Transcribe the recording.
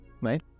right